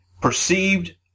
perceived